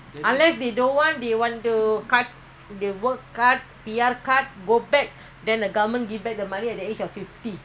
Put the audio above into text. I think I think so lah I'm not so sure daddy still working what daddy where got C_P_F daddy become P_R right